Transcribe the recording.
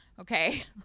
Okay